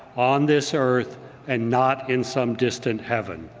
on this earth and not in some distant heaven.